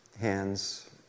hands